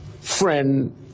friend